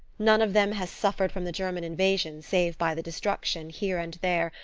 none of them has suffered from the german invasion, save by the destruction, here and there,